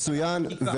מצוין.